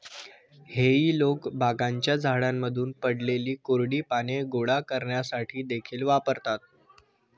हेई लोक बागांच्या झाडांमधून पडलेली कोरडी पाने गोळा करण्यासाठी देखील वापरतात